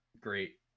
great